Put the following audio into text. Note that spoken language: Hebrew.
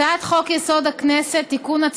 הצעת חוק-יסוד: הכנסת (תיקון,